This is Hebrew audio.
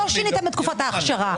לא שיניתם את תקופת ההכשרה.